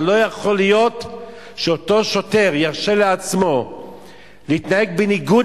אבל לא יכול להיות שאותו שוטר ירשה לעצמו להתנהג בניגוד